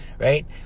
Right